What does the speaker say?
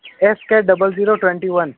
S K double zero twenty one